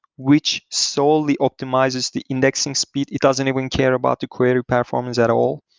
which solely optimizes the indexing speed. it doesn't even care about the query performance at all.